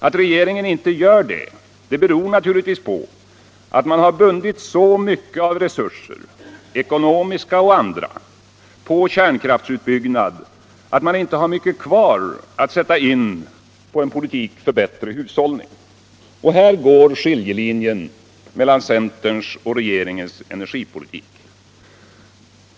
Att regeringen inte gör det beror naturligtvis på att man har bundit så mycket av resurser — ekonomiska och andra — på kärnkraftsutbyggnad att man inte har mycket kvar att sätta in på en politik för bättre hushållning. Här går skiljelinjen mellan centerns och regeringens energipolitik.